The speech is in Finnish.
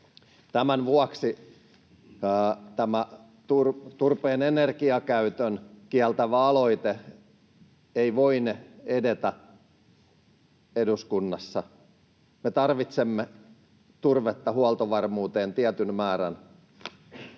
Tämän vuoksi tämä turpeen energiakäytön kieltävä aloite ei voine edetä eduskunnassa. Me tarvitsemme turvetta huoltovarmuuteen tietyn määrän. Mitä